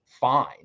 fine